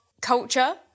culture